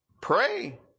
Pray